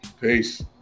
Peace